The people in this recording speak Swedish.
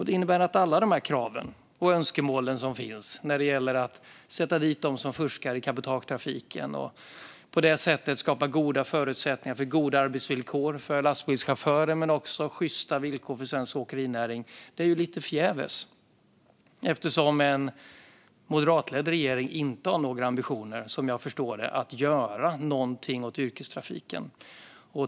Det innebär att alla dessa krav och önskemål när det gäller att sätta dit dem som fuskar i cabotagetrafiken och på det sättet skapa goda förutsättningar för goda arbetsvillkor för lastbilschaufförer men också sjysta villkor för svensk åkerinäring är lite förgäves - detta eftersom en moderatledd regering, som jag förstår det, inte har några ambitioner att göra någonting åt yrkestrafiken.